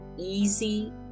easy